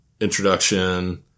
introduction